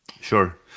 Sure